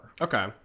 Okay